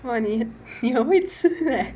!wah! 你你很会吃 leh